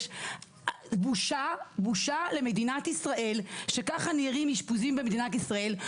וזה בושה למדינת ישראל שככה נראים אשפוזים במדינת ישראל.